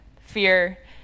fear